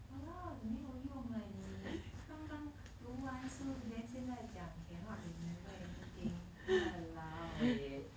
!walao! the 没有用 leh 你刚刚读完书 then 现在讲 cannot remember anything !walao! eh